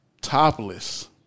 topless